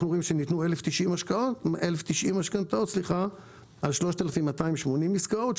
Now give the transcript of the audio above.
וב-2020 אנחנו רואים שניתנו 1,090 משכנתאות על 3,280 עסקאות,